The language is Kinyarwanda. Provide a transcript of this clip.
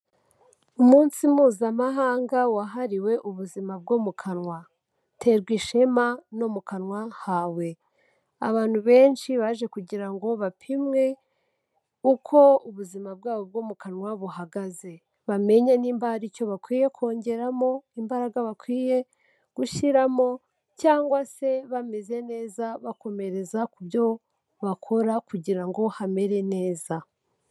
Umunsi mpuzamahanga wahariwe ubuzima bwo mu kanwa, terwa ishema no mu kanwa hawe, abantu benshi baje kugira ngo bapimwe uko ubuzima bwabo bwo mu kanwa buhagaze, bamenye nimba hari icyo bakwiye kongeramo, imbaraga bakwiye gushyiramo cyangwa se bameze neza bakomereza ku byo bakora kugira ngo hamere neza.